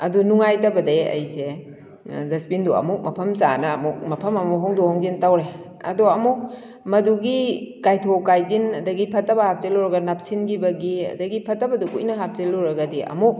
ꯑꯗꯨ ꯅꯨꯡꯉꯥꯏꯇꯕꯗꯩ ꯑꯩꯁꯦ ꯗꯁꯕꯤꯟꯗꯨ ꯑꯃꯨꯛ ꯃꯐꯝ ꯆꯥꯅ ꯑꯃꯨꯛ ꯃꯐꯝ ꯑꯃꯨꯛ ꯍꯣꯡꯗꯣꯛ ꯍꯣꯡꯖꯤꯟ ꯇꯧꯔꯦ ꯑꯗꯣ ꯑꯃꯨꯛ ꯃꯗꯨꯒꯤ ꯀꯥꯏꯊꯣꯛ ꯀꯥꯏꯁꯤꯟ ꯑꯗꯒꯤ ꯐꯠꯇꯕ ꯍꯥꯞꯆꯤꯜꯂꯨꯔꯒ ꯅꯞꯁꯤꯟꯈꯤꯕꯒꯤ ꯑꯗꯒꯤ ꯐꯠꯇꯕꯗꯨ ꯀꯨꯏꯅ ꯍꯥꯞꯆꯤꯜꯂꯨꯔꯒꯗꯤ ꯑꯃꯨꯛ